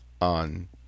on